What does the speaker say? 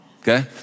Okay